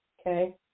Okay